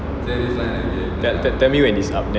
tell tell tell me when it's out